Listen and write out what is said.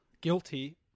guilty